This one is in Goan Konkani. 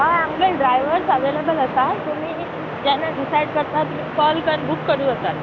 हय आमगे ड्रायव्हर्स अवेलेबल आसा तुमी जेन्ना डिसायड करता तुमी कॉल कन् बूक करूं जातात